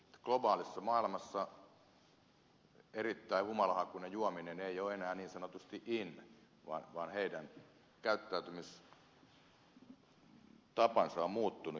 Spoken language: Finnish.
globaalissa maailmassa erittäin humalahakuinen juominen ei ole enää niin sanotusti in vaan nuorten käyttäytymistapa on muuttunut